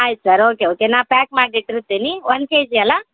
ಆಯ್ತು sir okay okay ನಾ pack ಮಾಡಿ ಇಟ್ಟಿರ್ತೀನಿ ಒನ್ ಕೆಜಿ ಅಲ್ಲಾ